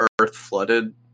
earth-flooded